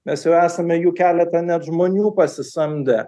mes jau esame jų keletą net žmonių pasisamdę